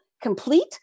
Complete